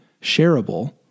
shareable